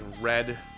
red